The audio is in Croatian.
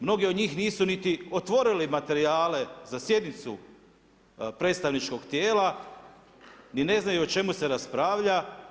Mnogi od njih nisu niti otvorili materijale za sjednicu predstavničkog tijela, ni ne znaju o čemu se raspravlja.